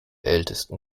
ältesten